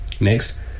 Next